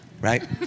Right